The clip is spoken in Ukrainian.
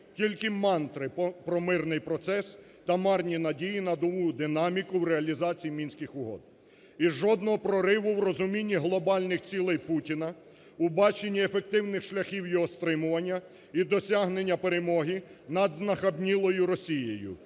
Тільки мантри про мирний процес та марні надії на …… динаміку в реалізації Мінських угод. І жодного прориву в розумінні глобальних цілей Путіна у баченні ефективних шляхів його стримування і досягнення перемоги над знахабнілою Росією,